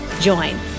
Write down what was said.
join